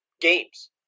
games